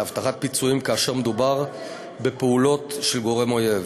להבטחת פיצויים כאשר מדובר בפעולות של גורם אויב.